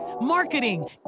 marketing